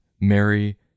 Mary